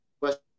West